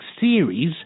series